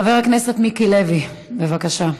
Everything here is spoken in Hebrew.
חבר הכנסת מיקי לוי, בבקשה.